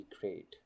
great